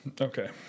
Okay